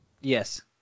yes